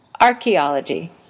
Archaeology